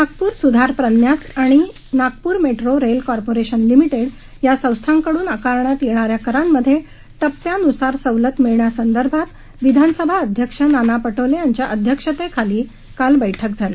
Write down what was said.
नागपूर सुधार प्रन्यास आणि Nagpur metro rail corporation limited या संस्थांकडून आकारण्यात येणाऱ्या करांमध्ये टप्प्यानुसार सवलत मिळण्यासंदर्भात विधानसभा अध्यक्ष नाना पटोले यांच्या अध्यक्षतेखाली काल बैठक झाली